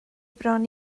bron